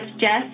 Jess